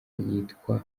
ryitwa